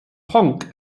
punk